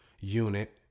unit